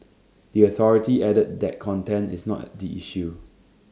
the authority added that content is not the issue